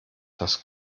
das